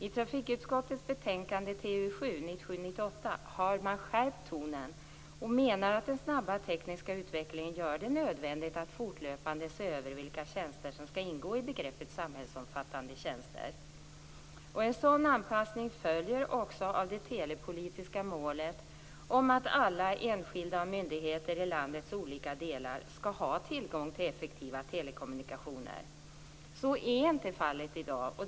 I trafikutskottets betänkande 1997/98:TU7 har man skärpt tonen och menar att den snabba tekniska utvecklingen gör det nödvändigt att fortlöpande se över vilka tjänster som skall ingå i begreppet samhällsomfattande tjänster. En sådan anpassning följer också av det telepolitiska målet om att alla, enskilda och myndigheter, i landets olika delar skall ha tillgång till effektiva telekommunikationer. Så är inte fallet i dag.